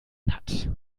hat